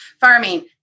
Farming